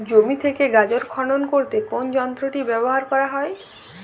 জমি থেকে গাজর খনন করতে কোন যন্ত্রটি ব্যবহার করা হয়?